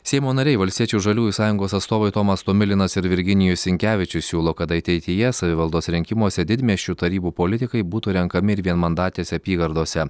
seimo nariai valstiečių žaliųjų sąjungos atstovai tomas tomilinas ir virginijus sinkevičius siūlo kad ateityje savivaldos rinkimuose didmiesčių tarybų politikai būtų renkami vienmandatėse apygardose